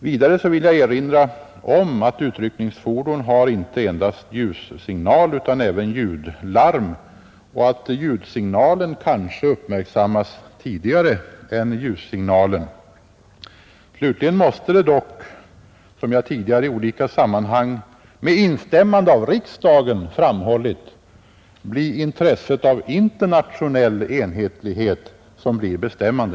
Vidare vill jag erinra om att utryckningsfordon inte endast har ljussignaler utan även ljudlarm och att ljudsignalen kanske uppmärksammas tidigare än ljussignalen. Slutligen måste dock, som jag tidigare i olika sammanhang med instämmande av riksdagen framhållit, intresset av internationell enhetlighet bli bestämmande.